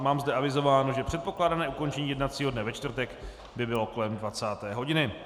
Mám zde avizováno, že předpokládané ukončení jednacího dne ve čtvrtek by bylo kolem 20. hodiny.